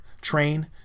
train